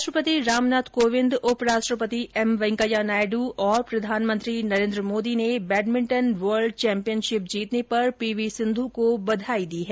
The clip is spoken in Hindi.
राष्ट्रपति रामनाथ कोविंद उप राष्ट्रपति एम वैंकेया नायड् और प्रधानमंत्री नरेन्द्र मोदी ने बैडमिंटन वर्ल्ड चैम्पियनशिप जीतने पर पी वी सिंधु को बधाई दी है